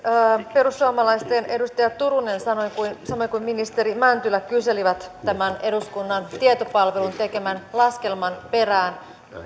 perussuomalaisten edustaja turunen samoin kuin ministeri mäntylä kyselivät tämän eduskunnan tietopalvelun tekemän laskelman perään